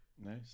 Nice